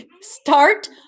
Start